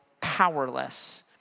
powerless